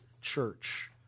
church